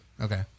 Okay